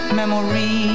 memories